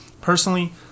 Personally